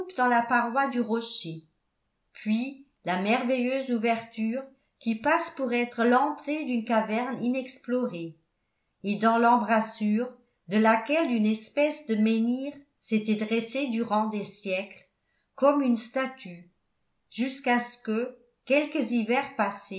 dans la paroi du rocher puis la merveilleuse ouverture qui passe pour être l'entrée d'une caverne inexplorée et dans l'embrasure de laquelle une espèce de menhir s'était dressé durant des siècles comme une statue jusqu'à ce que quelques hivers passés